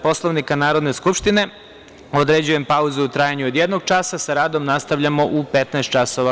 Poslovnika Narodne skupštine, određujem pauzu u trajanju od jednog časa i sa radom nastavljamo u 15.00 časova.